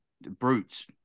brutes